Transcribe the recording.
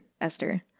Esther